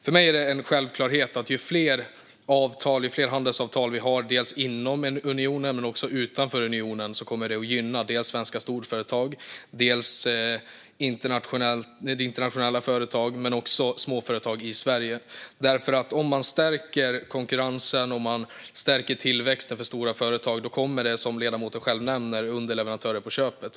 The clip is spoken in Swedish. För mig är det en självklarhet - ju fler handelsavtal vi har, både inom unionen och utanför unionen, desto mer kommer svenska storföretag, internationella företag och småföretag i Sverige att gynnas. Om man stärker konkurrensen och stärker tillväxten för stora företag kommer det, som ledamoten själv nämner, underleverantörer på köpet.